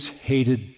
hated